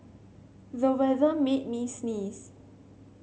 the weather made me sneeze